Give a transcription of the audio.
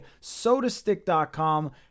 sodastick.com